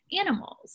animals